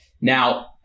Now